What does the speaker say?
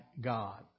God